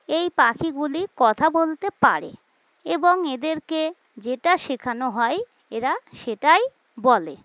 এই পাখিগুলি কথা বলতে পারে এবং এদেরকে যেটা শেখানো হয় এরা সেটাই বলে